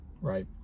Right